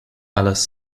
alice